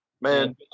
man